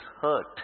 hurt